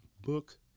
Book